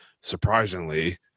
surprisingly